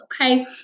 Okay